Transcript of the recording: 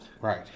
Right